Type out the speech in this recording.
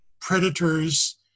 predators